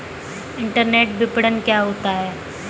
Internet विपणन क्या होता है?